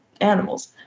animals